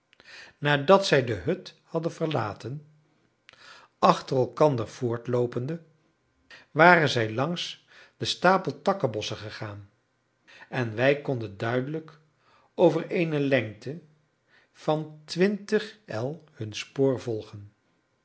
nadat zij de hut hadden verlaten achter elkander voortloopende waren zij langs den stapel takkenbossen gegaan en wij konden duidelijk over eene lengte van twintig el hun spoor volgen